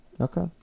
Okay